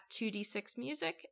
2d6music